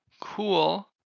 cool